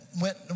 went